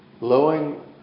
lowering